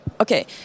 okay